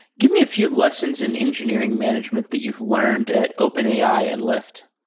give me a few lessons in engineering management that you've learned at openai and lyft.